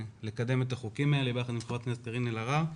לקדם את החוקים האלה ביחד עם חברת הכנסת קארין אלהרר.